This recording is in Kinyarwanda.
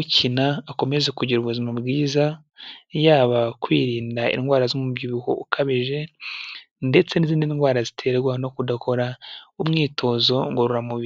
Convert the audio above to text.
ukina akomeze kugira ubuzima bwiza, yaba kwirinda indwara z'umubyibuho ukabije ndetse n'izindi ndwara ziterwa no kudakora umwitozo ngororamubiri.